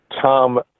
Tom